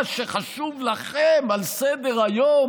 מה שחשוב לכם על סדר-היום